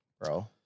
bro